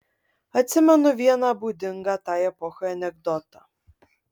atsimenu vieną būdingą tai epochai anekdotą